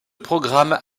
programme